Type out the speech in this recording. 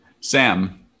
Sam